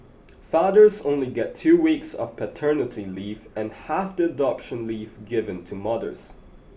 fathers only get two weeks of paternity leave and half the adoption leave given to mothers